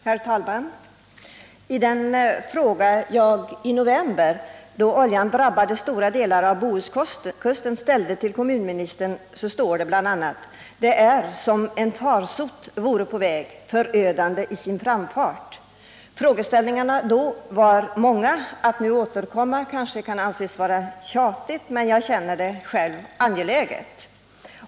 Herr talman! I den fråga jag i november, då oljan drabbade stora delar av Bohuskusten, ställde till kommunministern sade jag bl.a.: ”Det är som en farsot vore på väg, förödande i sin framfart.” Frågeställningarna då var många, och att nu återkomma kanske kan anses vara tjatigt, men jag känner det själv som angeläget.